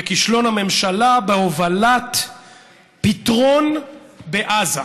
וכישלון הממשלה בהובלת פתרון בעזה,